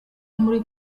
muri